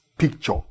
picture